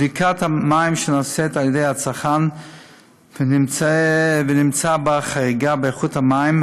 בדיקת מים שנעשית אצל הצרכן ונמצאה בה חריגה באיכות המים,